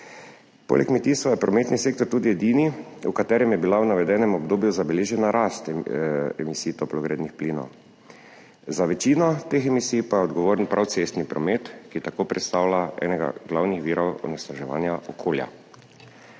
Poleg kmetijstva je prometni sektor tudi edini, v katerem je bila v navedenem obdobju zabeležena rast emisij toplogrednih plinov. Za večino teh emisij pa je odgovoren prav cestni promet, ki tako predstavlja enega glavnih virov onesnaževanja okolja.